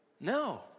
No